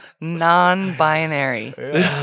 Non-binary